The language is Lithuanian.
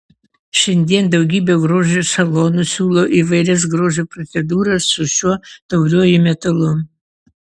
šiandien daugybė grožio salonų siūlo įvairias grožio procedūras su šiuo tauriuoju metalu